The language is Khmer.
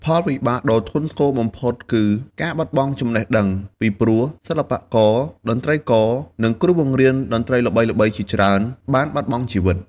ផលវិបាកដ៏ធ្ងន់ធ្ងរបំផុតគឺ ការបាត់បង់ចំណេះដឹង ពីព្រោះសិល្បករ តន្ត្រីករ និងគ្រូបង្រៀនតន្ត្រីល្បីៗជាច្រើនបានបាត់បង់ជីវិត។